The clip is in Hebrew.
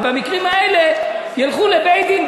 ובמקרים האלה ילכו לבית-דין,